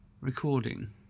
recording